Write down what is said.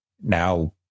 Now